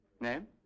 Name